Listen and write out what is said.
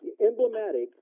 emblematic